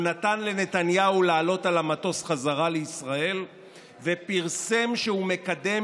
הוא נתן לנתניהו לעלות על המטוס בחזרה לישראל ופרסם שהוא מקדם